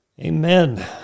Amen